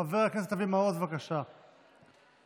חבר הכנסת אבו שחאדה, אתה בקריאה שנייה.